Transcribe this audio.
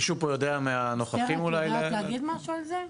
מישהו פה מהנוכחים יודע להגיד משהו על זה?